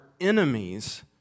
enemies